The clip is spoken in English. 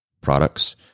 products